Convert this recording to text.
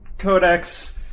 Codex